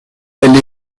elle